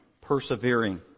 Persevering